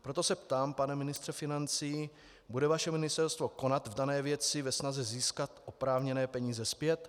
Proto se ptám, pane ministře financí: Bude vaše ministerstvo konat v dané věci ve snaze získat oprávněné peníze zpět?